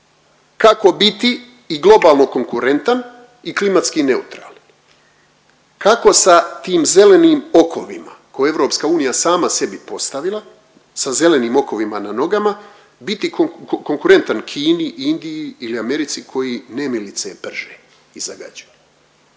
Kako biti i globalno konkurentan i klimatski neutralan? Kako sa tim zelenim okovima koje je EU sama sebi postavila, sa zelenim okovima na nogama biti konkurentan Kini, Indiji ili Americi koji nemilice prže i zagađuju?